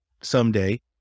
someday